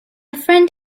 friend